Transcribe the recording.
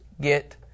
get